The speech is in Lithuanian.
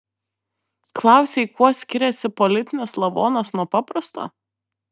klausei kuo skiriasi politinis lavonas nuo paprasto